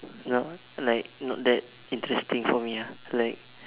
not like not that interesting for me ah like